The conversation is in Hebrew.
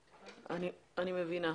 אני מבינה.